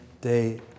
day